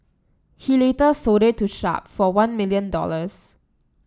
he later sold it to Sharp for one million dollars